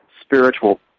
spiritual